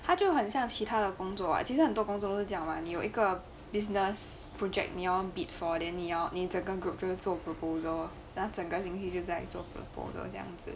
他就很像其他的工作 what 其实很多工作都这样吗你有一个 business project 你要 bid for then 你要 then 你整个 group 就做 proposal then 整个星期在家里做 proposal 这样子